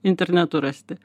internetu rasti